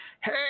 Hey